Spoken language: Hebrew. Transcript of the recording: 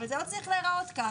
אבל זה לא צריך להיראות ככה.